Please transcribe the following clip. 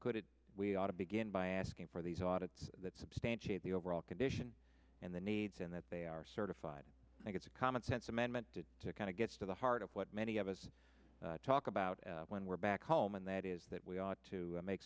could we ought to begin by asking for these audits that substantiate the overall condition and the needs and that they are certified i think it's a commonsense amendment did to kind of gets to the heart of what many of us talk about when we're back home and that is that we ought to make